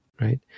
right